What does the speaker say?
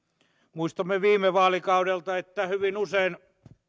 muistamme viime vaalikaudelta että hyvin usein